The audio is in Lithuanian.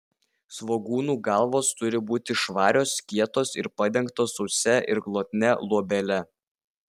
svogūnų galvos turi būti švarios kietos ir padengtos sausa ir glotnia luobele